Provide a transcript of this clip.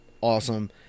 awesome